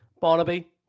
Barnaby